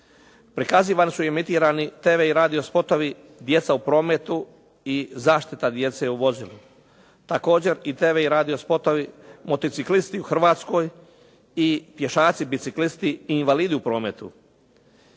Prikazivani su i emitirani tv i radio spotovi djeca u prometu i zaštita djece u vozilu. Također i tv i radio spotovi motociklisti u Hrvatskoj i pješaci biciklisti i invalidi u prometu.